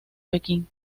pekín